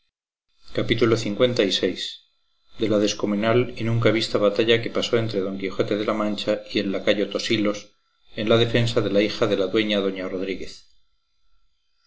peor parado capítulo lvi de la descomunal y nunca vista batalla que pasó entre don quijote de la mancha y el lacayo tosilos en la defensa de la hija de la dueña doña rodríguez